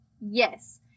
Yes